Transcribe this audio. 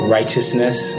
Righteousness